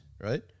right